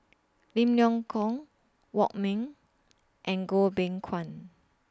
Lim Leong Geok Wong Ming and Goh Beng Kwan